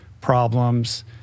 problems